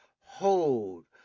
hold